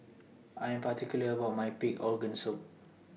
I Am particular about My Pig'S Organ Soup